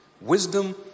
Wisdom